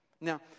Now